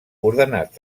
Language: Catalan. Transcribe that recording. ordenat